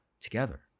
together